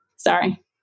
Sorry